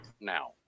now